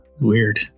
Weird